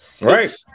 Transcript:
Right